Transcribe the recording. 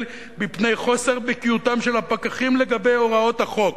מפני חוסר בקיאותם של הפקחים לגבי הוראות החוק.